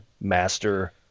Master